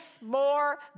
more